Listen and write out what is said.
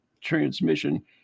transmission